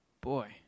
boy